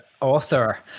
author